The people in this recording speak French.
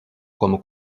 comme